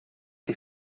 die